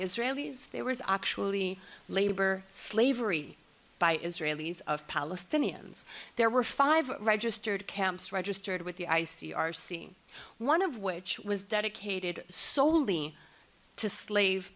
israelis they were actually labor slavery by israelis of palestinians there were five registered camps registered with the i c r c one of which was dedicated solely to slave